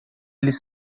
eles